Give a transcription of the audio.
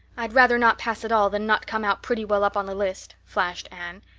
i'd rather not pass at all than not come out pretty well up on the list, flashed anne,